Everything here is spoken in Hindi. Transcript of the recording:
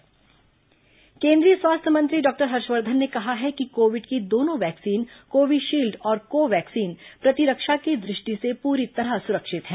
कोविड टीका हर्षवर्धन केंद्रीय स्वास्थ्य मंत्री डॉक्टर हर्षवर्धन ने कहा है कि कोविड के दोनों वैक्सीन कोविशील्ड और कोवैक्सीन प्रतिरक्षा की दृष्टि से पूरी तरह सुरक्षित है